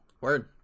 Word